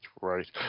right